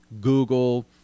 google